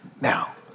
Now